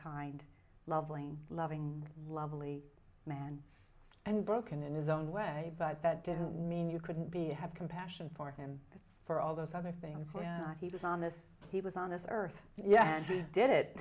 kind leveling loving lovely man and broken in his own way but that didn't mean you couldn't be have compassion for him for all those other things he was on this he was on this earth yes he did it